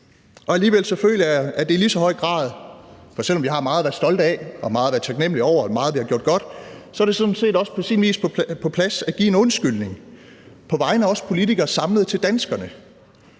for at have så fejlfri en regering. Selv om vi har meget at være stolte af og meget at være taknemmelige over og meget, vi har gjort godt, føler jeg alligevel også, det er på sin plads at give en undskyldning på vegne af os politikere samlet til danskerne.